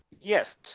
Yes